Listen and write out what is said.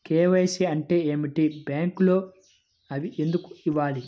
KYC అంటే ఏమిటి? బ్యాంకులో అవి ఎందుకు ఇవ్వాలి?